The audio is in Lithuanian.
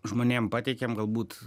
žmonėm pateikėm galbūt